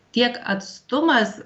tiek atstumas